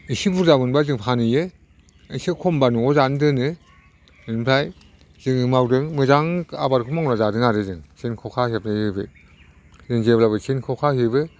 एसे बुरजा मोनबा जों फानहैयो एसे खमबा न'आव जानो दोनो ओमफ्राय जों मावदों मोजां आबादखौनो मावना जादों आरो जों जों खखा हेबै हेबै जों जेब्लाबो सेन खखा हेबो